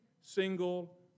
single